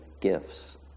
Gifts